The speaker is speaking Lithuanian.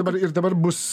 dabar ir dabar bus